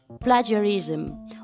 plagiarism